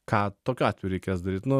ką tokiu atveju reikės daryt nu